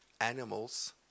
animals